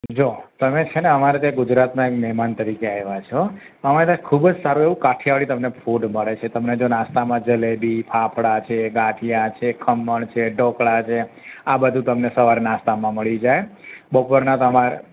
જો તમે છે ને અમારે ત્યાં ગુજરાતનાં એક મહેમાન તરીકે આવ્યા છો અમારે ત્યાં ખૂબ જ સારું એવું કાઠિયાવાડી તમને ફૂડ મળે છે તમને જો નાસ્તામાં જલેબી ફાફડા છે ગાંઠિયા છે ખમણ છે ઢોકળાં છે આ બધું તમને સવારે નાસ્તામાં મળી જાય બપોરનાં તમા